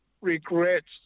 regrets